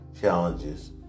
challenges